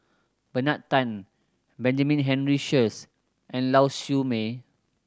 Bernard Tan Benjamin Henry Sheares and Lau Siew Mei